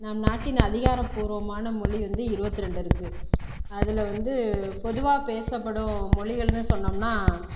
நம் நாட்டின் அதிகாரபூர்வமான மொழி வந்து இருபத்திரெண்டு இருக்கு அதில் வந்து பொதுவாக பேசப்படும் மொழிகள்னு சொன்னோம்னால்